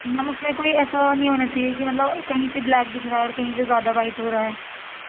میم اِس میں کوئی ایسا نہیں ہونا چاہیے کہ مطلب کہیں سے بلیک دِکھ رہا ہے اور کہیں سے زیادہ وائٹ ہو رہا ہے